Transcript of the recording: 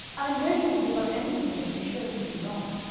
i am ready to give up anything that you show to be wrong.